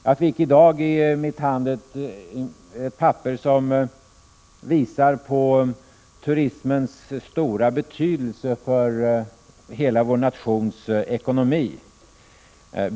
Jag fick i dag i min hand ett papper, som visar på turismens stora betydelse för hela vår nations ekonomi.